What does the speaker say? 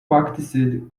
practiced